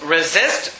Resist